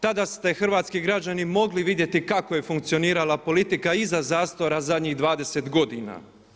Tada ste hrvatski građani mogli vidjeti kako je funkcionirala politika iza zastora zadnjih 20 godina.